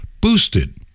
boosted